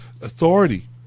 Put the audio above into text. authority